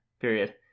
period